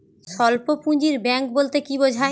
স্বল্প পুঁজির ব্যাঙ্ক বলতে কি বোঝায়?